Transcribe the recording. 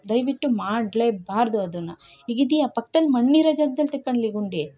ದಯವಿಟ್ಟು ಮಾಡ್ಲೆ ಬಾರದು ಅದನ್ನ ಈಗ ಇದಿಯಾ ಪಕ್ದಲ್ಲಿ ಮಣ್ಣಿರೋ ಜಾಗ್ದಲ್ಲಿ ತೆಕ್ಕೊಳ್ಳಿ ಗುಂಡಿ